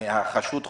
החשוד חולה?